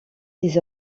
des